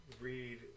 read